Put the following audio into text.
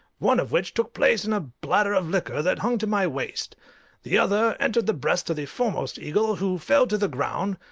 one of which took place in a bladder of liquor that hung to my waist the other entered the breast of the foremost eagle, who fell to the ground,